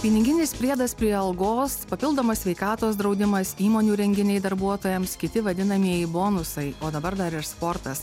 piniginis priedas prie algos papildomas sveikatos draudimas įmonių renginiai darbuotojams kiti vadinamieji bonusai o dabar dar ir sportas